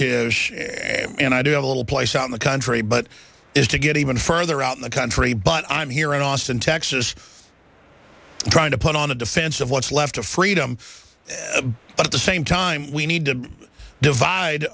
instinct and i do have a little place on the country but is to get even further out in the country but i'm here in austin texas trying to put on a defense of what's left of freedom but at the same time we need to divide